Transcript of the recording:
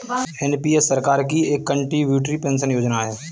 NPS सरकार की एक कंट्रीब्यूटरी पेंशन योजना है